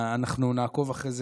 אנחנו נעקוב אחרי זה,